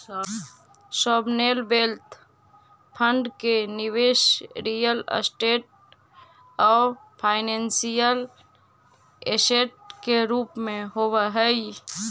sovereign wealth fund के निवेश real estate आउ फाइनेंशियल ऐसेट के रूप में होवऽ हई